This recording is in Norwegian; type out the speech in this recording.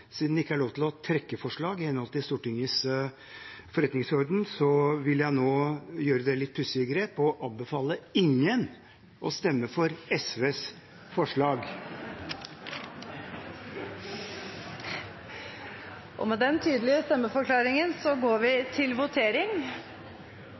siden det ikke er lov til å trekke forslag i henhold til Stortingets forretningsorden, vil jeg nå gjøre det litt pussige grep å anbefale at ingen stemmer for SVs forslag. Med den tydelige stemmeforklaringen går vi